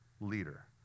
leader